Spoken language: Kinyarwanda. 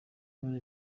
none